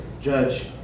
judge